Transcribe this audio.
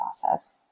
process